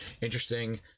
interesting